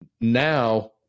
now